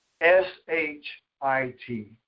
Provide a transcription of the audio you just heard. S-H-I-T